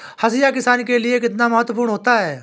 हाशिया किसान के लिए कितना महत्वपूर्ण होता है?